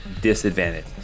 disadvantage